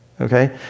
Okay